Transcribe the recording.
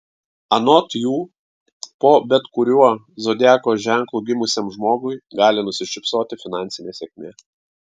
anot jų po bet kuriuo zodiako ženklu gimusiam žmogui gali nusišypsoti finansinė sėkmė